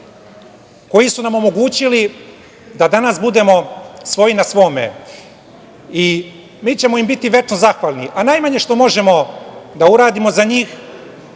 koji su omogućili da danas budemo svoji na svome. Mi ćemo im biti večno zahvalni, a najmanje što možemo da uradimo za njih